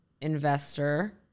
investor